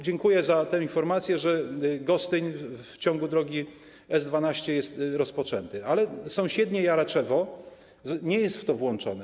Dziękuję za tę informację, że Gostyń w ciągu drogi S12 jest rozpoczęty, ale sąsiednie Jaraczewo nie jest w to włączone.